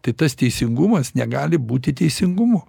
tai tas teisingumas negali būti teisingumu